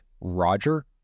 Roger